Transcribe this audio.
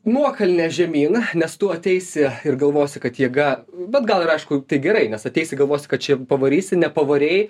nuokalne žemyn nes tu ateisi ir galvosi kad jėga bet gal ir aišku tai gerai nes ateisi galvosi kad čia pavarysi nepavarei